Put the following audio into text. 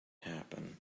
happen